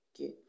Okay